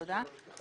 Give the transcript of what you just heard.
תודה.